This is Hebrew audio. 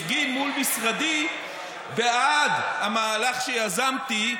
והפגין מול משרדי בעד המהלך שיזמתי,